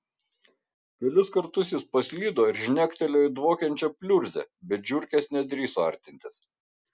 kelis kartus jis paslydo ir žnektelėjo į dvokiančią pliurzę bet žiurkės nedrįso artintis